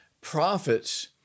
prophets